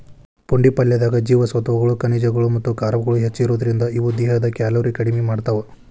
ಪುಂಡಿ ಪಲ್ಲೆದಾಗ ಜೇವಸತ್ವಗಳು, ಖನಿಜಗಳು ಮತ್ತ ಕಾರ್ಬ್ಗಳು ಹೆಚ್ಚಿರೋದ್ರಿಂದ, ಇವು ದೇಹದ ಕ್ಯಾಲೋರಿ ಕಡಿಮಿ ಮಾಡ್ತಾವ